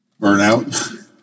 Burnout